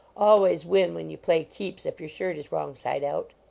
always win when you play keeps if your shirt is wrong side out.